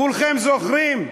כולכם זוכרים?